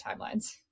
timelines